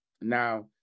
Now